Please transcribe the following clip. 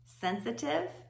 sensitive